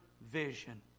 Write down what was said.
vision